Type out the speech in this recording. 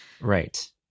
right